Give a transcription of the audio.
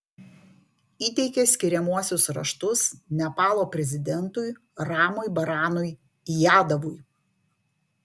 įteikė skiriamuosius raštus nepalo prezidentui ramui baranui yadavui